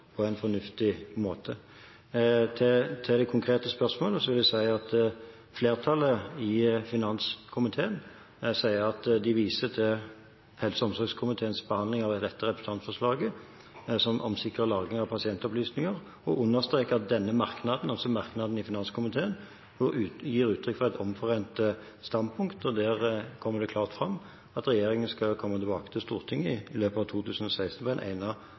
på en fornuftig måte. Til det konkrete spørsmålet vil jeg si at flertallet i finanskomiteen sier at de viser til helse- og omsorgskomiteens behandling av representantforslaget om sikker lagring av pasientopplysninger, og understreker at denne merknaden, altså merknaden til finanskomiteen, gir uttrykk for et omforent standpunkt. Der kommer det klart fram at regjeringen skal komme tilbake til Stortinget i løpet av 2016 på en